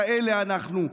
כאלה אנחנו,